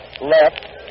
left